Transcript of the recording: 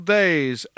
days